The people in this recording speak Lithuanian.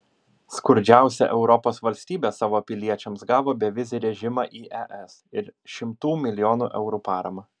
skurdžiausia europos valstybė savo piliečiams gavo bevizį režimą į es ir šimtų milijonų eurų paramą